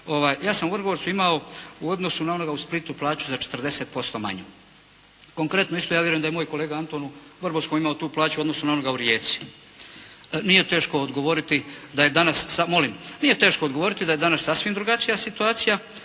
Ja sam u Vrgorcu imao u odnosu na onoga u Splitu plaću za 40% manju. Konkretno isto ja vjerujem da je i moj kolega Anton u Vrbovskom imao tu plaću u odnosu na onoga u Rijeci. Nije teško odgovoriti da je danas sasvim drugačija situacija,